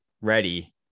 ready